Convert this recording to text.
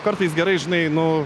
kartais gerai žinai nu